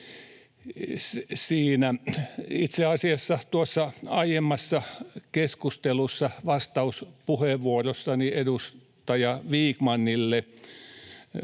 Itse asiassa tuossa aiemmassa keskustelussa vastauspuheenvuorossani edustaja Vikmanille